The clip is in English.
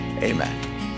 Amen